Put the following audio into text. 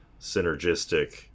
synergistic